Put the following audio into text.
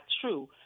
true